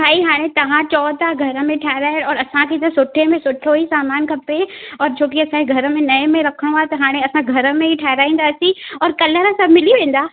भाई हाणे तव्हां चओ था घर में ठाहिराये और असांखे त सुठे में सुठो ई सामान खपे और छोकी असांजी घर में नए में रखिणो आहे त हाणे असांखे घर में ई ठाहिराईंदासीं और कलर सभु मिली वेंदा